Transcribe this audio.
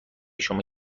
شما